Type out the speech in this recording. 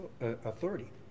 authority